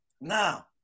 now